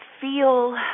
feel